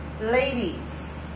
ladies